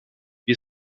wir